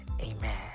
Amen